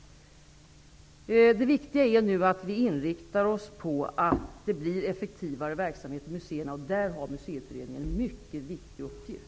Det viktiga är nu att vi inriktar oss på en effektivare verksamhet vid museerna, och där har Museiutredningen en mycket viktig uppgift.